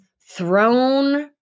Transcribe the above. thrown